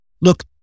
look